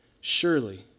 surely